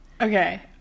Okay